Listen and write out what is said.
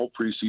preseason